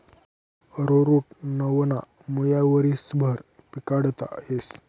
arrowroot नावना मुया वरीसभर पिकाडता येस